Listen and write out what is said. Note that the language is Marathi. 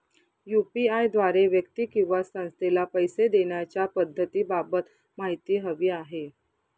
यू.पी.आय द्वारे व्यक्ती किंवा संस्थेला पैसे देण्याच्या पद्धतींबाबत माहिती हवी आहे